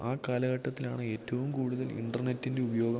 ആ കാലഘട്ടത്തിലാണ് ഏറ്റവും കൂടുതൽ ഇന്റര്നെറ്റിൻ്റെ ഉപയോഗം